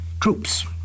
troops